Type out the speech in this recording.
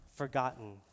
Forgotten